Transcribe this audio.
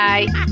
Bye